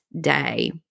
day